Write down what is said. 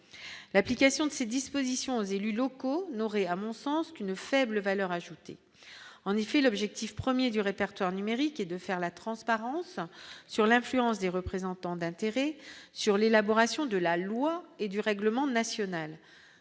l'application de ces dispositions aux élus locaux n'aurait, à mon sens qu'une faible valeur ajoutée en effet l'objectif 1er du répertoire numérique et de faire la transparence sur l'influence des représentants d'intérêts sur l'élaboration de la loi et du règlement national